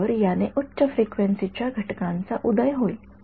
तर याने उच्च फ्रिक्वेन्सीच्या घटकांचा उदय होईल